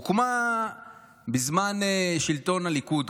ב-2016 הוקמה בזמן שלטון הליכוד,